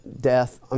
death